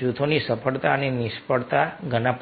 જૂથની સફળતા અથવા નિષ્ફળતા ઘણા